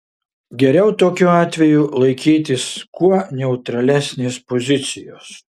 geriau tokiu atveju laikytis kuo neutralesnės pozicijos